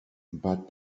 but